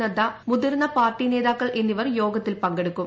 നദ്ദ മുതിർന്ന പാർട്ടി നേതാക്കൾ എന്നിവർ യോഗത്തിൽ പങ്കെടുക്കും